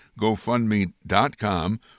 gofundme.com